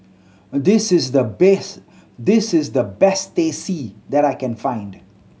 this is the best this is the best Teh C that I can find